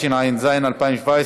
התשע"ז 2017,